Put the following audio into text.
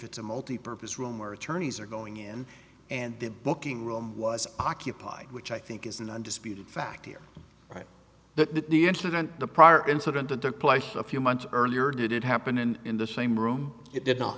it's a multipurpose room where attorneys are going in and the booking room was occupied which i think is an undisputed fact you're right that the incident the prior incident that took place a few months earlier did it happen and in the same room it did not